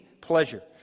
pleasure